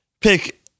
pick